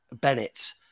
Bennett